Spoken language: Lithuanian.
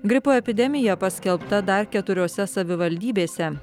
gripo epidemija paskelbta dar keturiose savivaldybėse